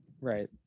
Right